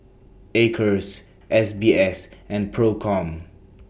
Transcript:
Acres S B S and PROCOM